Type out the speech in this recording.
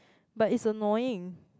but it's annoying